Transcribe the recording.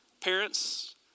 Parents